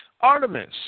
Artemis